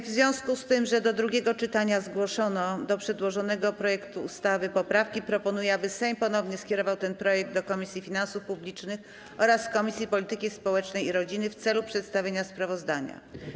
W związku z tym, że w czasie drugiego czytania zgłoszono do przedłożonego projektu ustawy poprawki, proponuję, aby Sejm ponownie skierował ten projekt do Komisji Finansów Publicznych oraz Komisji Polityki Społecznej i Rodziny w celu przedstawienia sprawozdania.